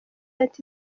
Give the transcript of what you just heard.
ati